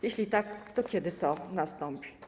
Jeśli tak, to kiedy to nastąpi?